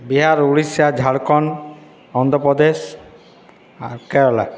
বিহার উড়িষ্যা ঝাড়খন্ড অন্ধ্রপ্রদেশ আর কেরালা